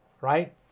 right